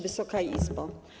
Wysoka Izbo!